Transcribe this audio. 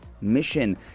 mission